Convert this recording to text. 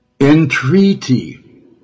entreaty